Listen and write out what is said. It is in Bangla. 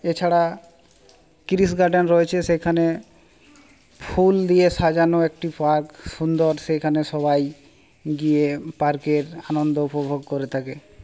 এছাড়া গিরিশ গার্ডেন রয়েছে সেইখানে ফুল দিয়ে সাজানো একটি পার্ক সুন্দর সেইখানে সবাই গিয়ে পার্কের আনন্দ উপভোগ করে থাকে